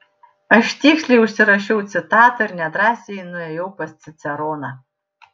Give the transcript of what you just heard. aš tiksliai užsirašiau citatą ir nedrąsiai nuėjau pas ciceroną